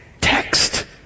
text